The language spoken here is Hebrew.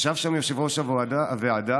ישב שם יושב-ראש הוועדה,